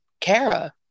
Kara